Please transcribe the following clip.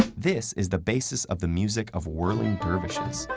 this is the basis of the music of whirling dervishes,